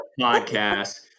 podcast